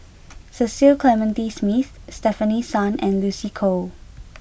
Cecil Clementi Smith Stefanie Sun and Lucy Koh